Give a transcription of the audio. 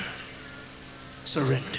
surrender